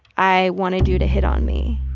i wanted you to hit on me?